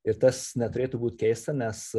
ir tas neturėtų būt keista nes